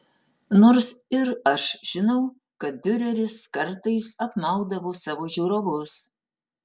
nors ir aš žinau kad diureris kartais apmaudavo savo žiūrovus